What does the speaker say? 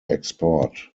export